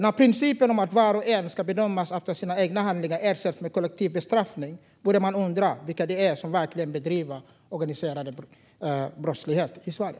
När principen att var och en ska bedömas utifrån sina egna handlingar ersätts med kollektiv bestraffning börjar man undra vilka det är som verkligen bedriver organiserad brottslighet i Sverige.